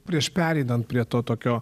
prieš pereinant prie to tokio